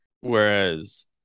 whereas